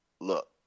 Look